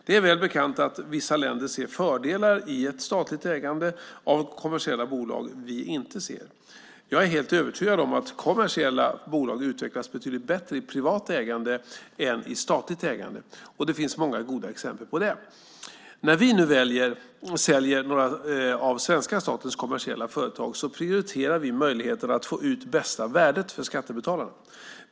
Det är väl bekant att vissa länder ser fördelar i ett statligt ägande av kommersiella bolag som vi inte ser. Jag är helt övertygad om att kommersiella bolag utvecklas betydligt bättre i privat ägande än i statligt ägande, och det finns många goda exempel på det. När vi nu säljer några av svenska statens kommersiella företag prioriterar vi möjligheten att få ut det bästa värdet för skattebetalarna.